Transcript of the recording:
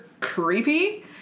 creepy